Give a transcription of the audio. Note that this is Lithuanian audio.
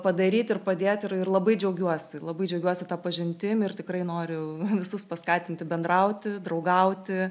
padaryt ir padėt ir ir labai džiaugiuosi labai džiaugiuosi ta pažintim ir tikrai noriu visus paskatinti bendrauti draugauti